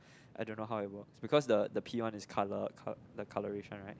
I don't know how it work because the the pee one is colour col~ the colouration right